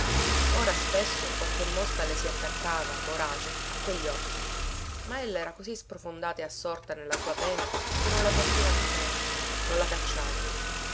ora spesso qualche mosca le si attaccava vorace a quegli occhi ma ella era così sprofondata e assorta nella sua pena che non lavvertiva nemmeno non la cacciava